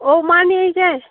ꯑꯣ ꯃꯥꯟꯅꯤ ꯏꯆꯦ